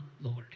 Lord